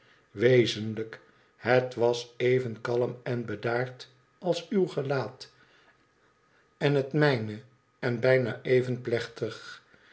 wezenlijk het was even kalm en bedaard als uw gelaat en het mijne en bijna even plechtig